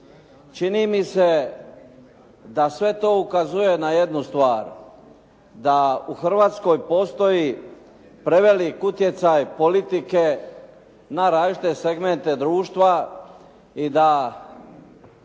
Čini mi se da sve to ukazuje na jednu stvar. Da u Hrvatskoj postoji prevelik utjecaj politike na različite segmente društva i da